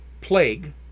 plague